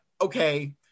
okay